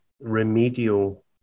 remedial